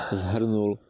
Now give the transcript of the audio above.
zhrnul